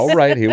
right